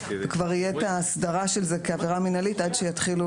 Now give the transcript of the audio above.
וכבר תהיה הסדרה של זה כעבירה מינהלית עד שיתחילו